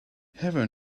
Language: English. heaven